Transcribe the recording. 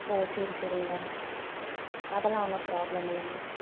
ஓ சரி சரிங்க அதெல்லாம் ஒன்றும் ப்ராப்ளம் இல்லைங்க